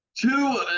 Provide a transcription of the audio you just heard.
Two